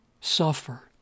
suffer